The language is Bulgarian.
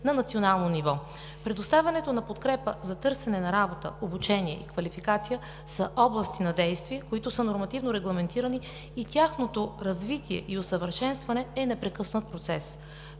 на национално ниво. Предоставянето на подкрепа за търсене на работа, обучение и квалификация са области на действие, които са нормативно регламентирани, и тяхното развитие и усъвършенстване е непрекъснат процес.